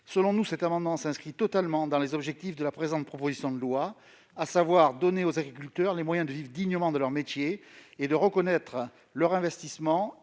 salariée. Cette disposition s'inscrit totalement dans les objectifs de cette proposition de loi, qui vise à donner aux agriculteurs les moyens de vivre dignement de leur métier et à reconnaître leur investissement